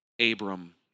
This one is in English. Abram